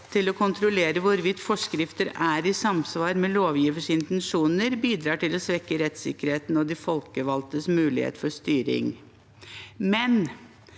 til å kontrollere hvorvidt forskrifter er i samsvar med lovgivers intensjoner, bidrar til å svekke rettssikkerheten og de folkevalgtes mulighet for styring. Men